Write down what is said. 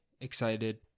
excited